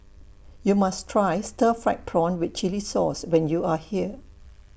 YOU must Try Stir Fried Prawn with Chili Sauce when YOU Are here